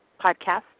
podcast